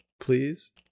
please